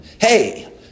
hey